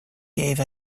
gave